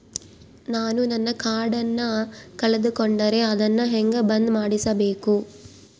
ನಾನು ನನ್ನ ಕಾರ್ಡನ್ನ ಕಳೆದುಕೊಂಡರೆ ಅದನ್ನ ಹೆಂಗ ಬಂದ್ ಮಾಡಿಸಬೇಕು?